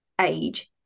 age